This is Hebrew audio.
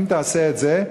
אם תעשה את זה,